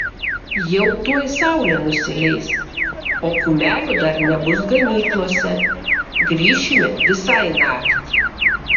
jau tuoj saulė nusileis o kumelių dar nebus ganyklose grįšime visai naktį